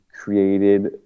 created